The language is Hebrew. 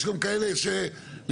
יש גם כאלה שנמצאים,